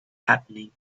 happening